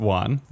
one